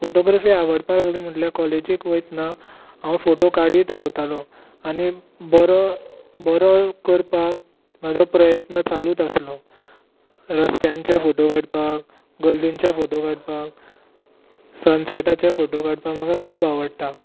photography आवडपाक लागली म्हटल्यार काॅलेजीक वयतना हांव फोटो काडीत रावतालों आनी बरो बरो करपाक म्हजो प्रयत्न चालूच आसलो रस्त्यांचे फोटो काडपाक गल्लींचे फोटो काडपाक सनसेटाचे फोटो काडपाक म्हाका खूब आवडटा